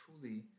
truly